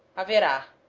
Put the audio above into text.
ha via era